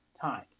time